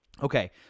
Okay